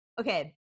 Okay